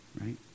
Right